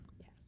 Yes